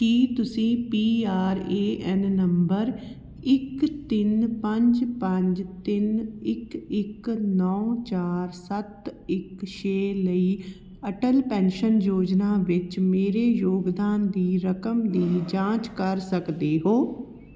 ਕੀ ਤੁਸੀਂ P R A N ਨੰਬਰ ਇੱਕ ਤਿੰਨ ਪੰਜ ਪੰਜ ਤਿੰਨ ਇੱਕ ਇੱਕ ਨੌ ਚਾਰ ਸੱਤ ਇੱਕ ਛੇ ਲਈ ਅਟਲ ਪੈਨਸ਼ਨ ਯੋਜਨਾ ਵਿੱਚ ਮੇਰੇ ਯੋਗਦਾਨ ਦੀ ਰਕਮ ਦੀ ਜਾਂਚ ਕਰ ਸਕਦੇ ਹੋ